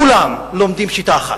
כולם לומדים שיטה אחת.